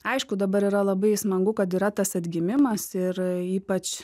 aišku dabar yra labai smagu kad yra tas atgimimas ir ypač